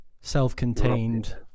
self-contained